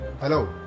Hello